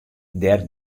dêr